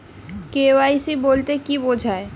KYC বলতে কি বোঝায়?